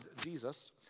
Jesus